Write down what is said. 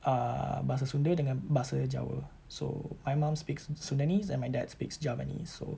err bahasa sunda dengan bahasa jawa so my mom speaks sundanese and my dad speaks javanese so